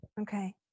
Okay